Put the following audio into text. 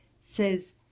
says